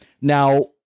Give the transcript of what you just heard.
Now